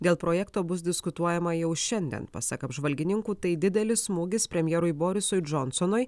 dėl projekto bus diskutuojama jau šiandien pasak apžvalgininkų tai didelis smūgis premjerui borisui džonsonui